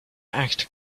act